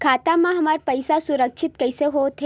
खाता मा हमर पईसा सुरक्षित कइसे हो थे?